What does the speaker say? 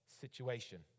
situation